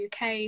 UK